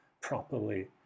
properly